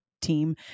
team